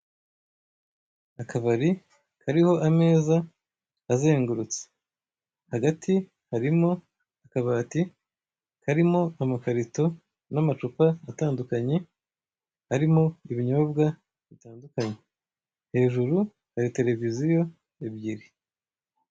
Akabari kariho ameza azengurutse. Hagati harimo akabati karimo amakarito n'amacupa atandukanye, arimo ibinyobwa bitandukanye. Hejuru hari televiziyo ebyiri.